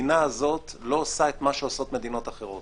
המדינה הזאת לא עושה את מה שעושות מדינות אחרות.